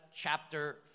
chapter